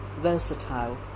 versatile